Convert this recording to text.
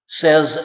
says